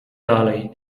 dalej